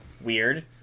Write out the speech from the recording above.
weird